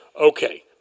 okay